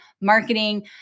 marketing